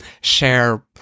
share